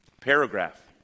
paragraph